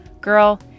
Girl